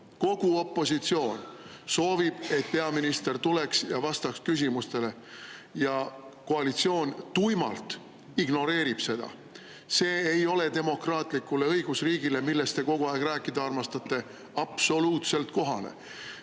kogu opositsioon! – soovib, et peaminister tuleks ja vastaks küsimustele, aga koalitsioon tuimalt ignoreerib seda. See ei ole demokraatlikule õigusriigile, millest te kogu aeg rääkida armastate, absoluutselt kohane.